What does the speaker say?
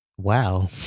Wow